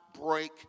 break